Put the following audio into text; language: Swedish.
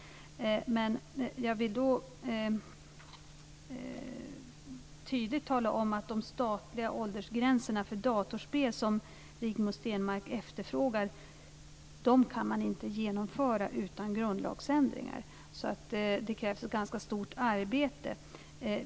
Men jag vill då tydligt tala om att de statliga åldersgränser för dataspel som Rigmor Stenmark efterfrågar kan man inte genomföra utan grundlagsändringar, så det krävs ett ganska stort arbete.